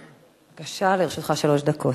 בבקשה, לרשותך שלוש דקות.